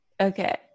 Okay